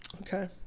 okay